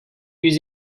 yüz